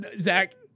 Zach